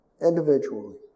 individually